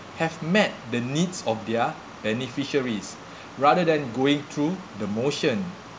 has met the needs of their beneficiaries rather than going through the motion